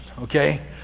okay